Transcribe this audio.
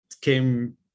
came